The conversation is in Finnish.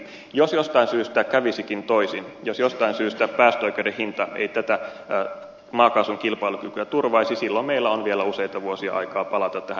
jos jostain syystä kävisikin toisin jos jostain syystä päästöoikeuden hinta ei tätä maakaasun kilpailukykyä turvaisi silloin meillä on vielä useita vuosia aikaa palata tähän verouudistukseen